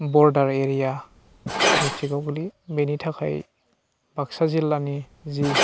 border area डिस्ट्रिकआव गोग्लैयो बेनि थाखाय बाक्सा जिल्लानि जि